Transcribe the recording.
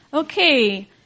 Okay